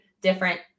different